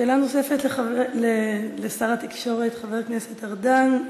שאלה נוספת לשר התקשורת חבר הכנסת ארדן.